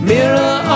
Mirror